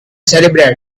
celebrate